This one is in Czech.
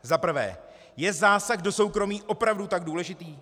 Za prvé: Je zásah do soukromí opravdu tak důležitý?